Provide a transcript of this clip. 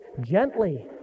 Gently